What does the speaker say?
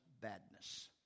badness